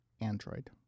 Android